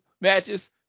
matches